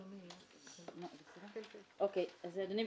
אדוני,